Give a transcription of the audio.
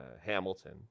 hamilton